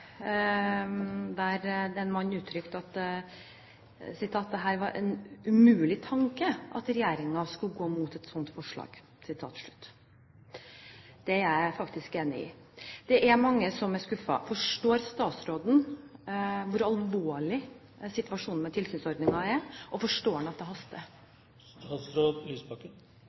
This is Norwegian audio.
der en mann uttrykte at det var en umulig tanke at regjeringen skulle gå imot et sånt forslag. Det er jeg faktisk enig i. Det er mange som er skuffet. Forstår statsråden hvor alvorlig situasjonen med tilsynsordningen er, og forstår han at det haster?